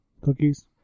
cookies